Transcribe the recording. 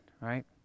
right